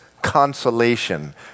consolation